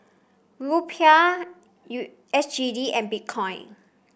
Rupiah U S G D and Bitcoin